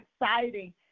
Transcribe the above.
exciting